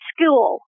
school